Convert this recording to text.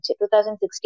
2016